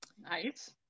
Nice